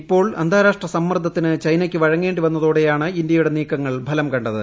ഇപ്പോൾ അന്താരാഷ്ട്ര സമ്മർദ്ദത്തിന് ചൈനയ്ക്ക് വഴങ്ങേ ി വന്നതോടെയാണ് ഇന്ത്യയുടെ നീക്കങ്ങൾ ഫലം ക ത്